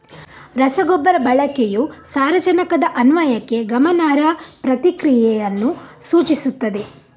ರಸಗೊಬ್ಬರ ಬಳಕೆಯು ಸಾರಜನಕದ ಅನ್ವಯಕ್ಕೆ ಗಮನಾರ್ಹ ಪ್ರತಿಕ್ರಿಯೆಯನ್ನು ಸೂಚಿಸುತ್ತದೆ